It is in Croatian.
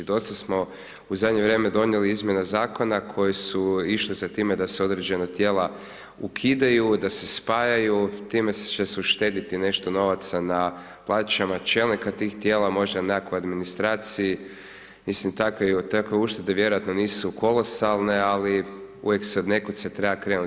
Dosta smo u zadnje vrijeme donijeli izmjene zakona koje su išle za time da se određena tijela ukidaju, da se spajaju, time će se uštediti nešto novaca na plaćama čelnika tih tijela, možda u nekakvoj administraciji, mislim da takve uštede vjerojatno nisu kolosalne ali uvijek od nekud se treba krenuti.